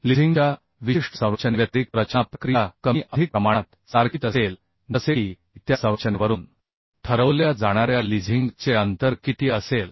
leasing च्या विशिष्ट संरचनेव्यतिरिक्त रचना प्रक्रिया कमी अधिक प्रमाणात सारखीच असेल जसे की त्या संरचनेवरून ठरवल्या जाणाऱ्या लिझिंग चे अंतर किती असेल